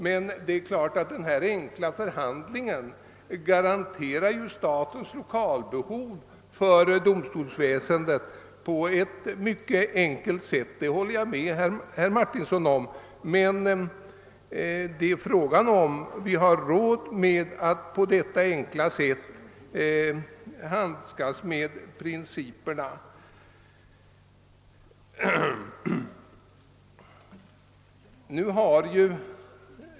Men obestridligen garanterar denna behandling statens lokalbehov för domstolsväsendet på enklast tänkbara sätt, det håller jag med herr Martinsson om. Jag undrar bara om vi verkligen har råd att handskas med principer på detta enkla sätt.